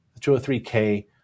203K